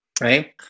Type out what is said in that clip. Right